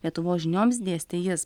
lietuvos žinioms dėstė jis